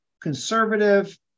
conservative